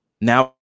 Now